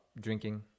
drinking